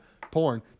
porn